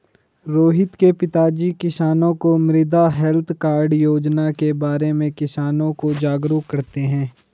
रोहित के पिताजी किसानों को मृदा हैल्थ कार्ड योजना के बारे में किसानों को जागरूक करते हैं